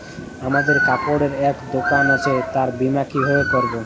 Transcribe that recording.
আমার কাপড়ের এক দোকান আছে তার বীমা কিভাবে করবো?